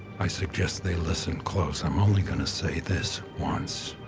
i suggest they listen close. i'm only gonna say this once.